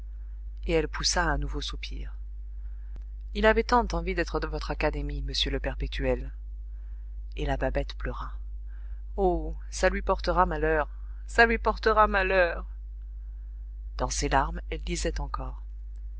et elle poussa un nouveau soupir il avait tant envie d'être de votre académie monsieur le perpétuel et la babette pleura oh ça lui portera malheur ça lui portera malheur dans ses larmes elle disait encore